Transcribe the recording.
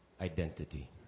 identity